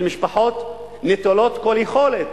של משפחות נטולות כל יכולת,